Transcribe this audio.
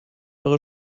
eure